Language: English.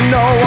no